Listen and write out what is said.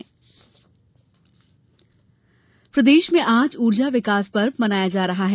संबल योजना प्रदेश में आज ऊर्जा विकास पर्व मनाया जा रहा है